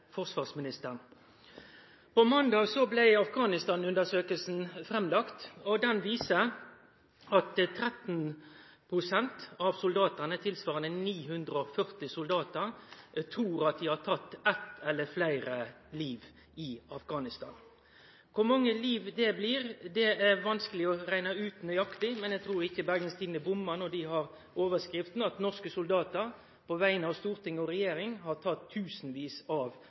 har tatt eitt eller fleire liv i Afghanistan. Kor mange liv det blir, er vanskeleg å rekne ut nøyaktig, men eg trur ikkje Bergens Tidende bommar når dei har overskrifta at norske soldatar, på vegner av storting og regjering, «Har tatt tusenvis av